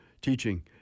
teaching